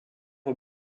aux